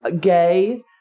gay